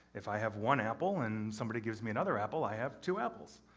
if i have one apple and somebody gives me another apple, i have two apples.